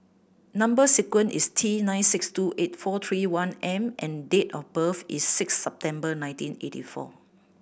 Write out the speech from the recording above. number sequence is T nine six two eight four three one M and date of birth is six September nineteen eighty four